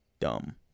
dumb